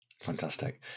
Fantastic